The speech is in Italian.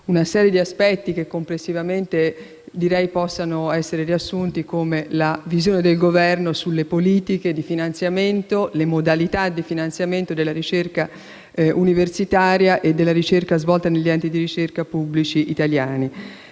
una serie di aspetti che complessivamente ritengo possono essere riassunti come la visione del Governo sulle politiche e le modalità di finanziamento della ricerca universitaria e della ricerca svolta negli enti di ricerca pubblici italiani.